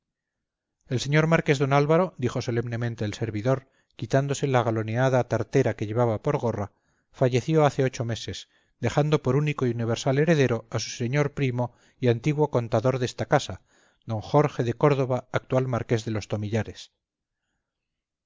el señor marqués don álvaro dijo solemnemente el servidor quitándose la galoneada tartera que llevaba por gorra falleció hace ocho meses dejando por único y universal heredero a su señor primo y antiguo contador de esta casa don jorge de córdoba actual marqués de los tomillares